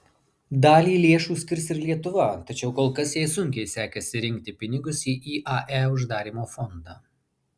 dalį lėšų skirs ir lietuva tačiau kol kas jai sunkiai sekasi rinkti pinigus į iae uždarymo fondą